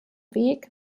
weg